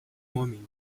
homem